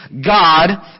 God